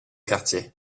quartier